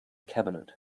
cabinet